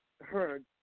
heard